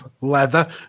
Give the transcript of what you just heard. Leather